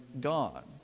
God